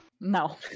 no